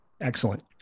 Excellent